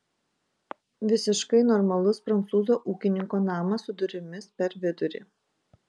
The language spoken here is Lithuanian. visiškai normalus prancūzo ūkininko namas su durimis per vidurį